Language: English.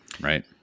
right